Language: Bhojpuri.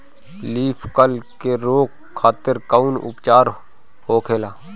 लीफ कल के रोके खातिर कउन उपचार होखेला?